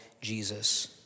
Jesus